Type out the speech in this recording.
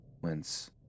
Whence